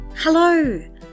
Hello